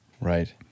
Right